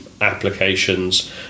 applications